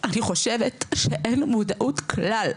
אני חושבת שאין מודעות כלל.